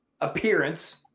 appearance